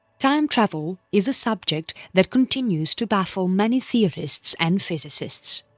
time travel is a subject that continues to baffle many theorists and physicists.